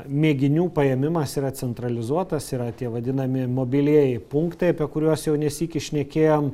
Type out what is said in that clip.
mėginių paėmimas yra centralizuotas yra tie vadinami mobilieji punktai apie kuriuos jau ne sykį šnekėjom